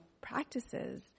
practices